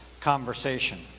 conversation